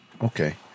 Okay